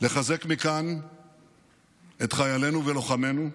לחזק מכאן את חיילינו ולוחמינו,